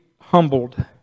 humbled